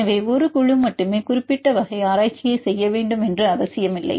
எனவே ஒரு குழு மட்டுமே குறிப்பிட்ட வகை ஆராய்ச்சியை செய்ய வேண்டும் என்று அவசியமில்லை